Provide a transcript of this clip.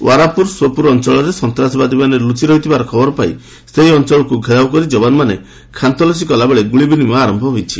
ୱାରପୁରା ସୋପୁର ଅଞ୍ଚଳରେ ସନ୍ତ୍ରାସବାଦୀମାନେ ଲୁଚି ରହିଥିବାର ଖବର ପାଇଁ ସେହି ଅଞ୍ଚଳକୁ ଘେରାଉ କରି ଯବାନମାନେ ଖାନତଲାସୀ କଲାବେଳେ ଗୁଳିବିନିମୟ ଆରମ୍ଭ ହୋଇଛି